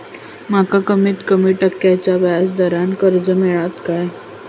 माका कमीत कमी टक्क्याच्या व्याज दरान कर्ज मेलात काय?